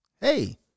hey